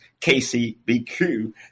KCBQ